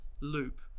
loop